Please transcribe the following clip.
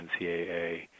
ncaa